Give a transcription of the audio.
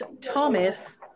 Thomas